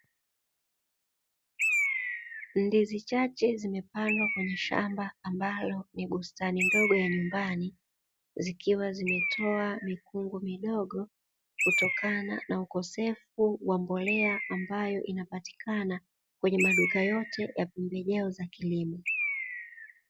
Ndizi chache zimepandwa kwenye shamba ambalo ni bustani ndogo ya nyumbani zikiwa zimetoa mikungu midogo kutokana na ukosefu wa mbolea, ambayo inapatikana kwenye maduka yote ya pembejeo za kilimo.